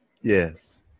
Yes